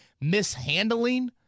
mishandling